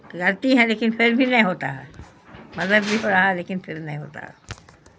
کرتی ہیں لیکن پھر بھی نہیں ہوتا ہے مدد بھی ہو رہا ہے لیکن پھر نہیں ہوتا